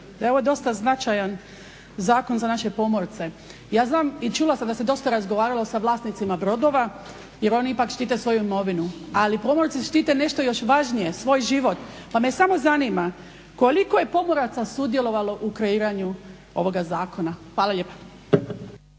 ovo dosta značajan zakon za naše pomorce. Ja znam i čulo se da se dosta razgovaralo sa vlasnicima brodova jer oni ipak štite svoju imovinu, ali pomorci štite nešto još važnije, svoj život. Pa me samo zanima koliko je pomoraca sudjelovalo u kreiranju ovoga zakona? Hvala lijepa.